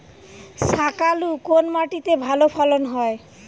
শাকালু কোন মাটিতে ভালো ফলন হয়?